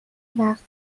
وقت